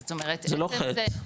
זאת אומרת --- זה לא חטא.